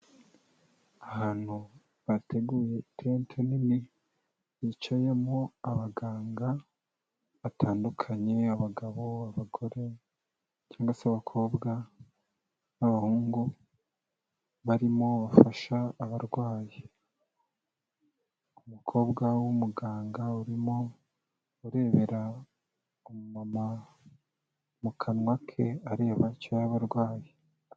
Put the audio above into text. Ahantu bateguye itete nini hicayemo abaganga batandukanye abagabo, abagore, cyangwa se abakobwa, n'abahungu barimo bafasha abarwayi, umukobwa w'umuganga urimo urebera umumama mu kanwa ke areba icyo yabarwaye.